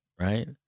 Right